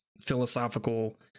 philosophical